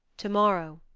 tomorrow,